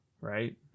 Right